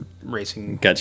racing